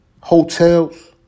hotels